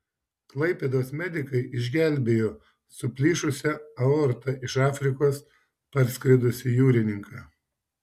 klaipėdos medikai išgelbėjo su plyšusia aorta iš afrikos parskridusį jūrininką